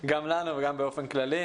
גם לנו וגם באופן כללי,